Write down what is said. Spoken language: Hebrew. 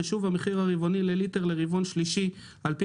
חישוב המחיר הרבעוני לליטר לרבעון השלישי לפי